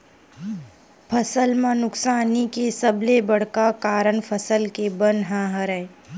फसल म नुकसानी के सबले बड़का कारन फसल के बन ह हरय